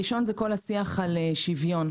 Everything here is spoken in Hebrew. הראשון זה השיח על שוויון.